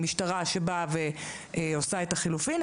משטרה שבאה ועושה את החלופין,